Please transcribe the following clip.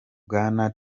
bwana